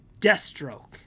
deathstroke